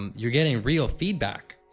um you're getting real feedback.